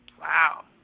Wow